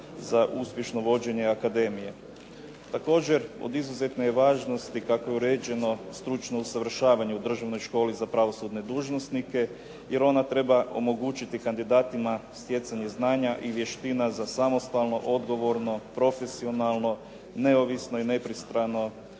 za uspješno vođenje akademije. Također, od izuzetne je važnosti kako je uređeno stručno usavršavanje u Državnoj školi za pravosudne dužnosnike, jer ona treba omogućiti kandidatima stjecanje znanja i vještina za samostalno, odgovorno, profesionalno, neovisno i nepristrano